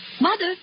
Mother